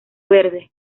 verde